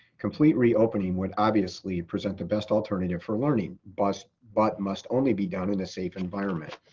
complete reopening would obviously present the best alternative for learning, but must but must only be done in a safe environment.